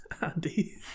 Andy